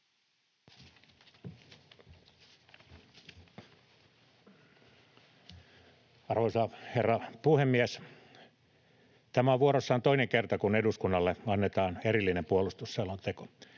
Arvoisa herra puhemies! Tämä on vuorossaan toinen kerta, kun eduskunnalle annetaan erillinen puolustusselonteko.